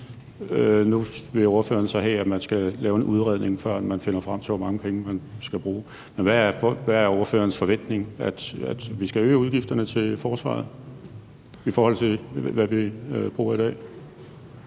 Nu vil ordføreren så have, at man skal lave en udredning, før man finder frem til, hvor mange penge man skal bruge, men hvad er ordførerens forventning – at vi skal øge udgifterne til forsvaret, i forhold til hvad vi bruger i dag?